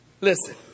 Listen